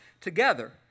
together